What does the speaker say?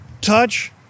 touch